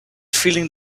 feeling